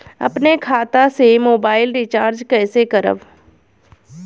अपने खाता से मोबाइल रिचार्ज कैसे करब?